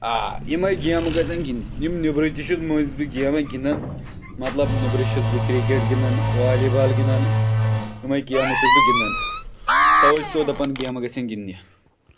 آ یِمَے گیمہٕ گژھان گِنٛدنہِ یِم نیٚبرٕ تہِ چھِ مٔنٛزۍ بہٕ گیمہٕ گِنٛدان مطلب نیٚبرٕ چھُس بہٕ کِرٛکٮ۪ٹ گِنٛدان والی بال گِنٛدان یِمَے گیمہٕ چھُس بہٕ گِنٛدان تَوَے چھُسو دَپان گیمہٕ گَژھن گِنٛدنہِ